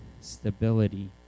stability